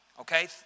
Okay